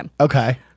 Okay